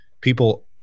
people